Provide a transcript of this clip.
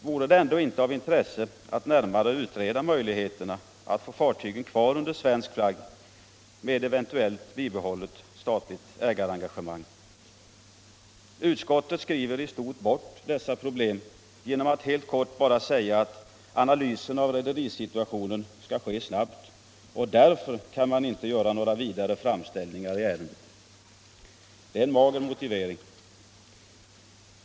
Vore det ändå inte av intresse att närmare utreda möjligheterna att ha fartygen kvar under svensk flagg med bibehållet svenskt statligt ägarengagemang? Utskottet skriver i stort bort detta problem genom att helt kort bara påpeka att analysen av rederisituationen skall ske snabbt och därför kan man inte föreslå några vidare framställningar i ärendet. Det är en mager motivering.